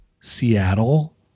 Seattle